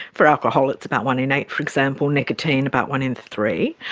for alcohol it's about one in eight for example, nicotine about one in three.